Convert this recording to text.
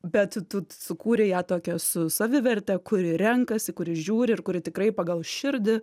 bet tu sukūrei ją tokią su saviverte kuri renkasi kuri žiūri ir kuri tikrai pagal širdį